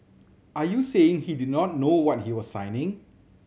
are you saying he did not know what he was signing